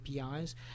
APIs